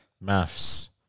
Maths